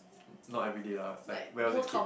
not everyday lah like when I was a kid